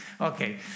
Okay